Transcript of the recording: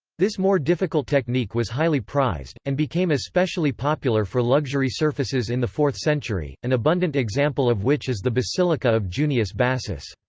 this more difficult technique was highly prized, and became especially popular for luxury surfaces in the fourth century, an abundant example of which is the basilica of junius bassus.